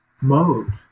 mode